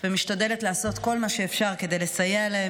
ומשתדלת לעשות כל מה שאפשר כדי לסייע להן